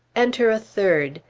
enter a third.